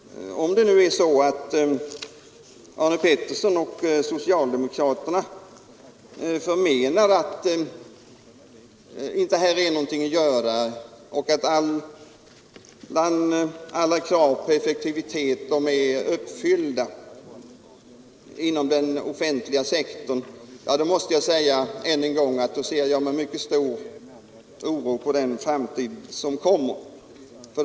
Om det är så att herr Arne Pettersson och socialdemokraterna förmenar att alla krav på effektivitet är uppfyllda inom den offentliga sektorn, så måste jag ännu en gång säga att jag ser framtiden an med mycket stor oro.